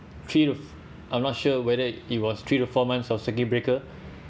three I'm not sure whether it was three to four months of circuit breaker